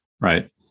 right